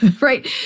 right